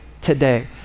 today